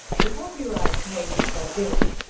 the copyright page says this,